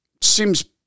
Seems